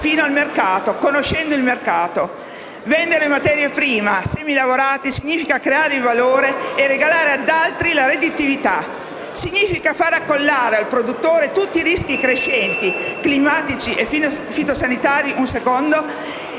fino al mercato, conoscendo il mercato stesso. Vendere materia prima, semilavorati, significa creare valore e regalare ad altri la redditività, significa far accollare al produttore tutti i rischi crescenti, climatici e fitosanitari, nella